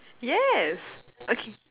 yes okay